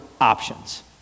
options